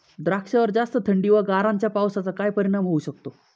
द्राक्षावर जास्त थंडी व गारांच्या पावसाचा काय परिणाम होऊ शकतो?